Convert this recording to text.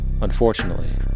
Unfortunately